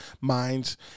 minds